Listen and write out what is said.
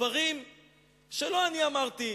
דברים שלא אני אמרתי,